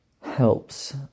helps